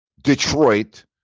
Detroit